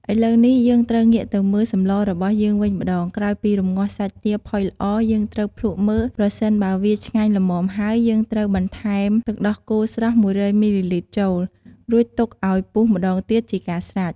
ឥឡូវនេះ យើងត្រូវងាកទៅមើលសម្លរបស់យើងវិញម្ដង ក្រោយពីរំងាស់សាច់ទាផុយល្អ យើងត្រូវភ្លក់មើលប្រសិនបើវាឆ្ងាញ់ល្មមហើយ យើងត្រូវបន្ថែមទឹកដោះគោស្រស់ ១០០មីលីលីត្រចូល រួចទុកឱ្យពុះម្ដងទៀតជាការស្រេច។